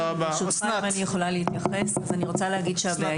אני רוצה להגיד שהנושא